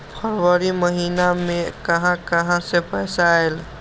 फरवरी महिना मे कहा कहा से पैसा आएल?